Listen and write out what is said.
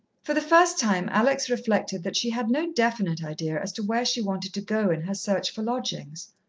for the first time alex reflected that she had no definite idea as to where she wanted to go in her search for lodgings.